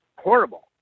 horrible